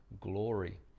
glory